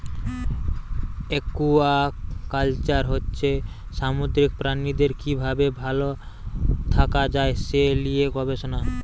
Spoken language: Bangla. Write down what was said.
একুয়াকালচার হচ্ছে সামুদ্রিক প্রাণীদের কি ভাবে ভাল থাকা যায় সে লিয়ে গবেষণা